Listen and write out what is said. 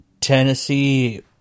Tennessee